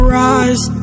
rise